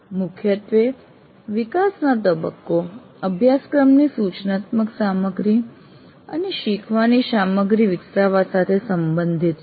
મુખ્યત્વે વિકાસનો તબક્કો અભ્યાસક્રમની સૂચનાત્મક સામગ્રી અને શીખવાની સામગ્રી વિકસાવવા સાથે સંબંધિત છે